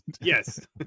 yes